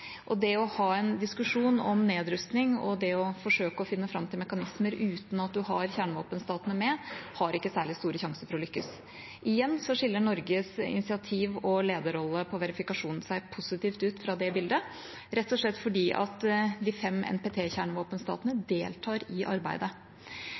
Det å ha en diskusjon om nedrustning og å forsøke å finne fram til mekanismer uten at en har kjernevåpenstatene med, har ikke særlig store sjanser for å lykkes. Igjen skiller Norges initiativ og lederrolle når det gjelder verifikasjonen, seg positivt ut fra det bildet, rett og slett fordi de fem